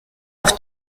auf